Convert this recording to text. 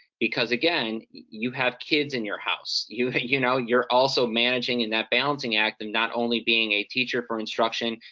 because again, you have kids in your house. you you know, you're also managing in that balancing act, and not only being a teacher for instruction,